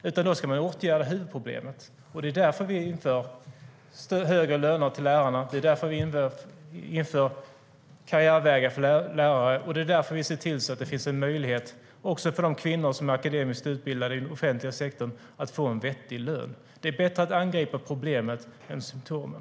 I stället ska man åtgärda huvudproblemet. Det är därför vi inför högre löner för lärarna och karriärvägar för lärare, och det är därför vi ser till att det finns en möjlighet för kvinnor i offentlig sektor som är akademiskt utbildade att få en vettig lön. Det är bättre att angripa problemet än symtomen.